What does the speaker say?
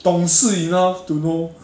懂事 enough to know